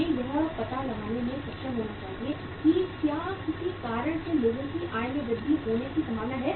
हमें यह पता लगाने में सक्षम होना चाहिए कि क्या किसी कारण से लोगों की आय में वृद्धि होने की संभावना है